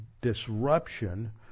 disruption